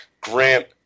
Grant